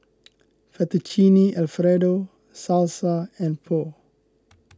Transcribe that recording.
Fettuccine Alfredo Salsa and Pho